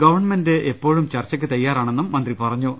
government എപ്പോഴും ചർച്ചയ്ക്ക് തയ്യാറാണെന്നും മന്ത്രി പറഞ്ഞു